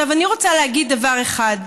אני רוצה להגיד דבר אחד: